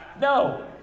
no